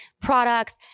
products